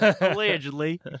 allegedly